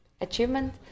achievement